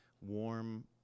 warm